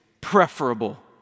preferable